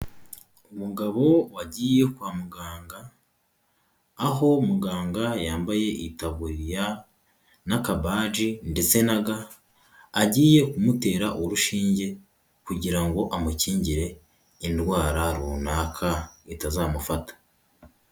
Umugabo wagiye kwa muganga aho muganga yambaye itaburiya n'akabaji ndetse na ga agiye kumutera urushinge kugira ngo amukingire indwara runaka itazamufata.